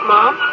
Mom